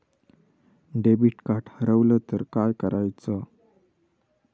Debit card हरवल तर काय करायच?